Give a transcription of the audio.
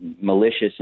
malicious